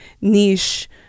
niche